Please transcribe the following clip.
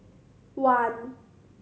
one